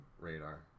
radar